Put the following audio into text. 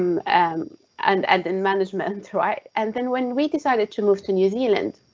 um and and and management right? and then when we decided to move to new zealand?